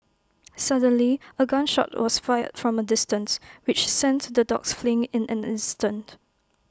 suddenly A gun shot was fired from A distance which sent the dogs fleeing in an instant